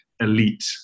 elite